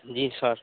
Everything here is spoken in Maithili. जी सर